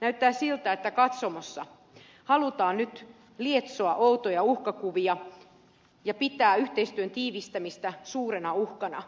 näyttää siltä että katsomossa halutaan nyt lietsoa outoja uhkakuvia ja pitää yhteistyön tiivistämistä suurena uhkana